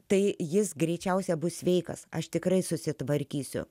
tai jis greičiausiai bus sveikas aš tikrai susitvarkysiu